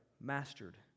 mastered